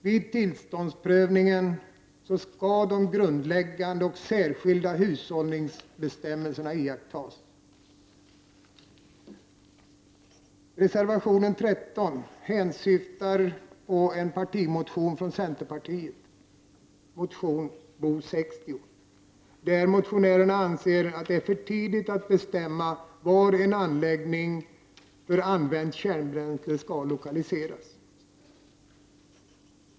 Vid tillståndsprövningen skall de grundläggande och särskilda hushållningsbestämmelserna iakttas. Reservation 13 hänsyftar på en partimotion från centerpartiet, motion Bo60. Motionärerna hävdar där att det är för tidigt att betämma var en anläggning för använt kärnbränsle skall lokaliseras.